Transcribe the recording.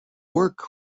work